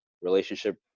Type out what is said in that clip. relationship